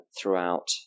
throughout